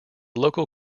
local